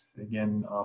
again